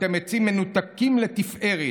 אתם עצים מנותקים לתפארת.